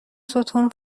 ستون